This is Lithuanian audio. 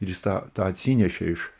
ir jis tą tą atsinešė iš